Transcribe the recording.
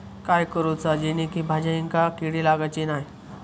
काय करूचा जेणेकी भाजायेंका किडे लागाचे नाय?